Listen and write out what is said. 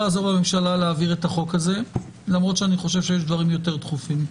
הזה למרות שאני חושב שיש דברים יותר דחופים,